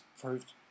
proved